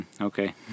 okay